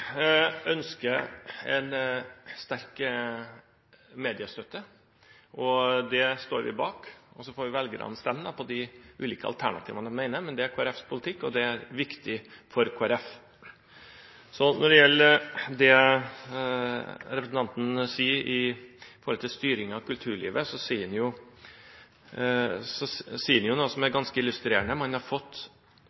ønsker en sterk mediestøtte. Det stiller vi oss bak. Så får velgerne stemme ut fra hva de mener om de ulike alternativene. Men dette er Kristelig Folkepartis politikk, det er viktig for Kristelig Folkeparti. Når det gjelder det representanten sier om styring av kulturlivet, er det noe som er